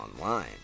online